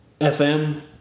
FM